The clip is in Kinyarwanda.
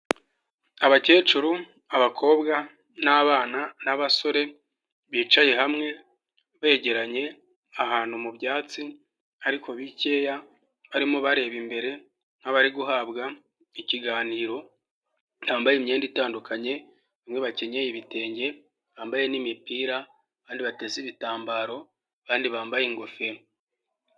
Abakecuru, abakobwa n'abana n'abasore bicaye hamwe begeranye ahantu mu byatsi ariko bikeya, barimo bareba imbere nk'abari guhabwa ikiganiro, bambaye imyenda itandukanye, bamwe bakenyeye ibitenge bambaye n'imipira abandi bateze ibitambaro, abandi bambaye ingofero.